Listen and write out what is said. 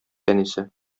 әнисе